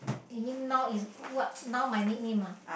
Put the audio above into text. you mean now is what now my nick name ah